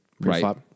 Right